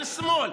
על שמאל,